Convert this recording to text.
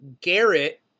Garrett